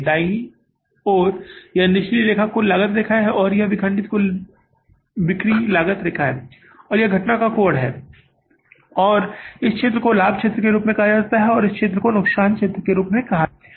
दाईं ओर यह निचली रेखा कुल लागत रेखा है और यह विखंडित कुल बिक्री रेखा है और यह घटना का कोण है और इस क्षेत्र को लाभ क्षेत्र के रूप में कहा जाता है इस क्षेत्र को नुकसान क्षेत्र कहा जाता है